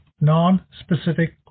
non-specific